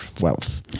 wealth